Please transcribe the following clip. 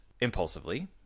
impulsively